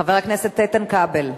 חבר הכנסת איתן כבל,